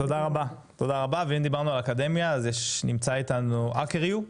תודה רבה ואם דיברנו על אקדמיה נמצא איתנו hacker-u.